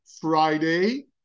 Friday